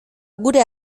gure